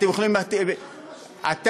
אתם יכולים, כן.